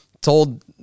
told